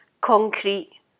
concrete